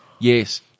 yes